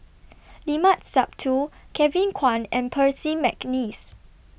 Limat Sabtu Kevin Kwan and Percy Mcneice